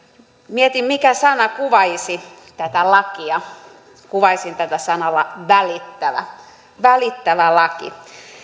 mietin mikä sana kuvaisi tätä lakia kuvaisin tätä sanalla välittävä välittävä laki